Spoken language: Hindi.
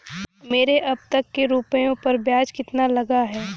मेरे अब तक के रुपयों पर ब्याज कितना लगा है?